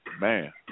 Man